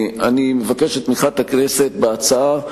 אני מבקש את תמיכת הכנסת בהצעה,